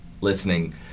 listening